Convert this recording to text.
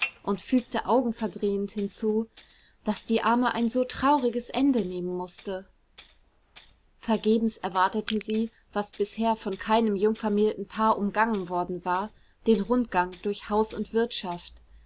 und fügte augenverdrehend hinzu daß die arme ein so trauriges ende nehmen mußte vergebens erwartete sie was bisher von keinem jungvermählten paar umgangen worden war den rundgang durch haus und wirtschaft